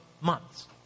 months